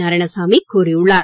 நாராயணசாமி கூறியுள்ளார்